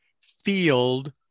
field